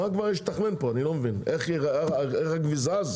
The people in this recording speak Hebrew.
מה כבר צריך לתכנן פה, איך הכביש זז?